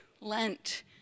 Lent